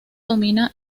domina